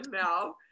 Now